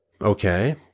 Okay